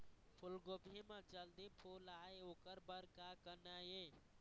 फूलगोभी म जल्दी फूल आय ओकर बर का करना ये?